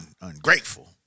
ungrateful